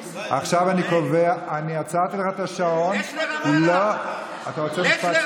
עכשיו אני קובע, לא, ישראל.